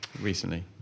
recently